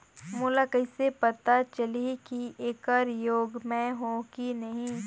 मोला कइसे पता चलही की येकर योग्य मैं हों की नहीं?